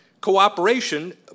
cooperation